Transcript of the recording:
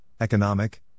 economic